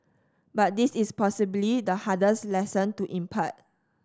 but this is possibly the hardest lesson to impart